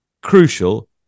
crucial